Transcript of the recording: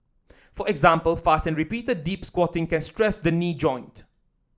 for example fast and repeated deep squatting can stress the knee joint